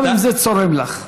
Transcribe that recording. גם אם זה צורם לך.